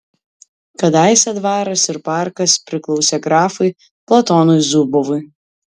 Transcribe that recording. kadaise dvaras ir parkas priklausė grafui platonui zubovui